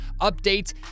updates